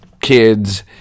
kids